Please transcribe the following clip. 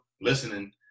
listening